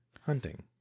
Hunting